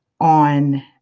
on